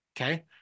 okay